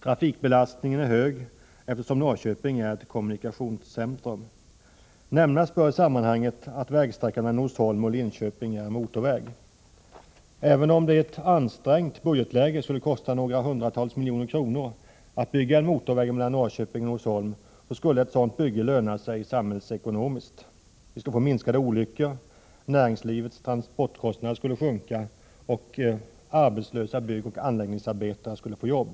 Trafikbelastningen är hög, eftersom Norrköping är ett kommunikationscentrum. Nämnas bör i sammanhanget att vägsträckan mellan Norsholm och Linköping är motorväg. Även om det — i ett ansträngt budgetläge — skulle kosta några hundratal miljoner kronor att bygga en motorväg mellan Norrköping och Norsholm, skulle ett sådant bygge löna sig samhällsekonomiskt. Olyckorna skulle minska, näringslivets transportkostnader skulle sjunka och arbetslösa byggoch anläggningsarbetare skulle få jobb.